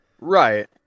right